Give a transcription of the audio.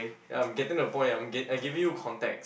ya I'm getting to the point I'm ge~ I'm giving you context